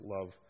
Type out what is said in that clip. love